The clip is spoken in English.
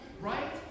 Right